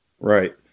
Right